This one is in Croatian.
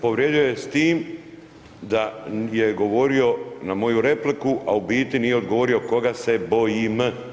Povrijedio je s tim da je govorio na moju repliku, a u biti nije odgovorio koga se bojim.